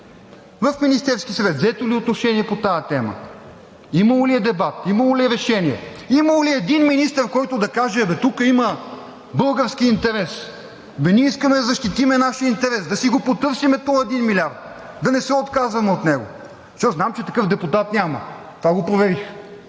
в Министерския съвет взето ли е отношение по тази тема, имало ли е дебат, имало ли е решение, имало ли е един министър, който да каже: абе тук има български интерес, ние искаме да защитим нашия интерес, да си го потърсим този един милиард, да не се отказваме от него, защото знам, че такъв депутат няма. Това го проверих.